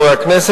החוק הבאה,